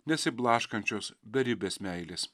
nesiblaškančios beribės meilės